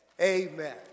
Amen